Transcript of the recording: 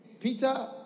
Peter